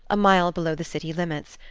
a mile below the city-limits.